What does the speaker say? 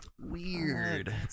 weird